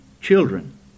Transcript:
Children